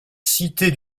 cité